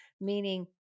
Meaning